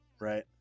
right